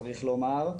צריך לומר.